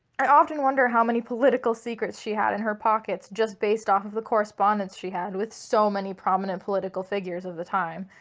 i often wonder how many political secrets she had in her pockets just based off of the correspondence she had with so many prominent political figures of the time.